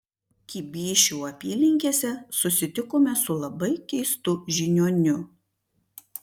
kibyšių apylinkėse susitikome su labai keistu žiniuoniu